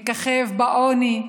מככב בעוני,